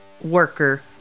worker